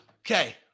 Okay